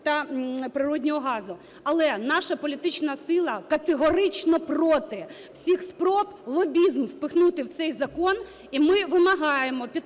природнього газу. Але наша політична сила категорично проти всіх спроб лобізм впихнути в цей закон. І ми вимагаємо